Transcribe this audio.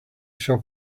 shop